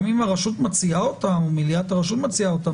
גם אם הרשות או מליאת הרשות מציעה אותם,